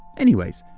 anyways,